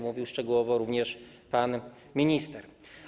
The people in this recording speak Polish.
Mówił o nim szczegółowo również pan minister.